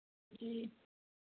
जी